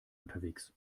unterwegs